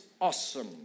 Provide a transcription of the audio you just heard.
awesome